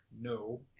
no